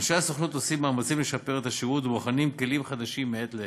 אנשי הסוכנות עושים מאמצים לשפר את השירות ובוחנים כלים חדשים מעת לעת.